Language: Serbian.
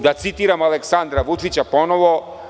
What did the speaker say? Da citiramo Aleksandra Vučića ponovo?